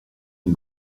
une